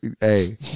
Hey